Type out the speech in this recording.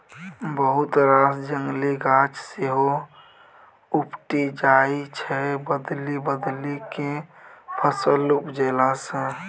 बहुत रास जंगली गाछ सेहो उपटि जाइ छै बदलि बदलि केँ फसल उपजेला सँ